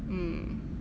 mm